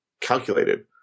calculated